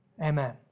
Amen